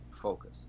Focus